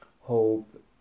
hope